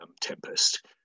Tempest